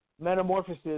Metamorphosis